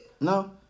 No